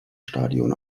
stadion